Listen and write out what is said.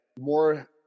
more